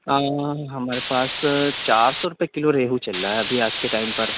ہمارے پاس چار سو روپیے کلو ریہو چل رہا ابھی آج کے ٹائم پر